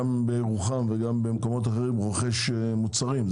גם בירוחם וגם במקומות אחרים רוכש מוצרים.